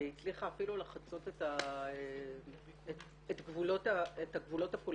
והיא הצליחה אפילו לחצות את הגבולות הפוליטיים